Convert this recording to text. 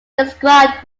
described